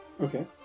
okay